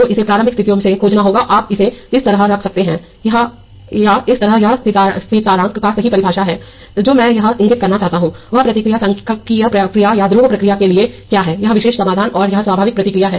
तो इसे प्रारंभिक स्थितियों से खोजना होगा आप इसे इस तरह रख सकते हैं या इस तरह यह स्थिरांक की सही परिभाषा है जो मैं यहां इंगित करना चाहता हूं वह प्रतिक्रिया सांख्यिकीय प्रतिक्रिया या ध्रुव प्रतिक्रिया के लिए क्या है या विशेष समाधान और यह स्वाभाविक प्रतिक्रिया है